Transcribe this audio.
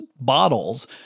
bottles